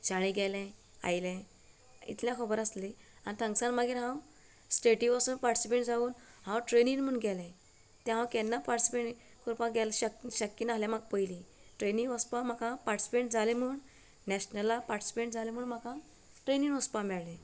शाळें गेलें आयलें इतलें खबर आसलें आनी थांग सान मागीर हांव स्टेटी वसोन पार्टिसीपेट जावून हांव ट्रेनीन म्हूण गेलें ते हांव केन्ना पार्टिसीपेट करपा शक्य शक्य नासलें म्हाका पयलीं ट्रेनीन वचपाक म्हाका पार्टिसीपेट जालें म्हूण नेशनला पार्टिसीपेट जालें म्हूण म्हाका ट्रेनीर वचपाक मेळ्ळें